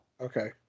Okay